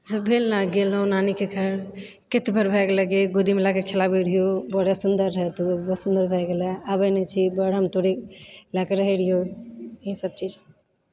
ई सब भेल ने गेलहुँ नानीके घर कते दुबर भए गेले गोदीमे लएके खेलाबै रहियौ बड़े सुन्दर रहे तू सुन्दर भए गेले आबै नहि छी बड़ हम तोरे लएके रहै रहियौ ई सब चीज